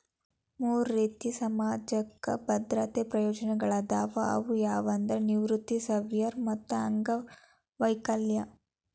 ಮೂರ್ ರೇತಿ ಸಾಮಾಜಿಕ ಭದ್ರತೆ ಪ್ರಯೋಜನಗಳಾದವ ಅವು ಯಾವಂದ್ರ ನಿವೃತ್ತಿ ಸರ್ವ್ಯವರ್ ಮತ್ತ ಅಂಗವೈಕಲ್ಯ